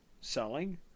Selling